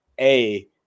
A-